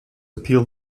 appeal